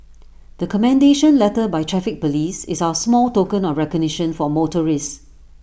the commendation letter by traffic Police is our small token of recognition for motorists